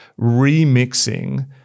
remixing